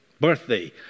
birthday